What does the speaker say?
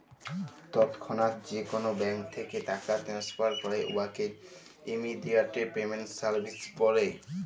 তৎক্ষণাৎ যে কল ব্যাংক থ্যাইকে টাকা টেনেসফার ক্যরে উয়াকে ইমেডিয়াতে পেমেল্ট সার্ভিস ব্যলে